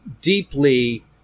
deeply